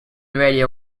radio